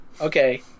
okay